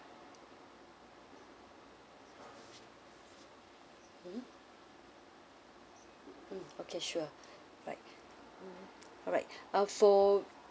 mmhmm mm okay sure right mm alright uh for